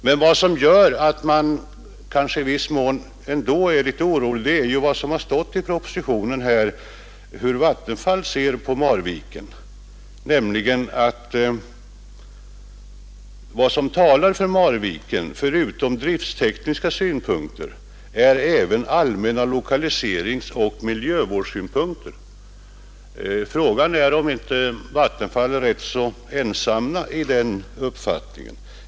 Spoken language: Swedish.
Men vad som gör att man kanske i viss mån ändå är litet orolig är vad som har stått i propositionen om hur Vattenfall ser på Marviken, nämligen att vad som talar för Marviken, förutom drifttekniska synpunkter, är även allmänna lokaliseringsoch miljövårdssynpunkter. Frågan är om inte Vattenfall är rätt ensam om den uppfattningen.